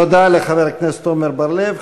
תודה לחבר הכנסת עמר בר-לב.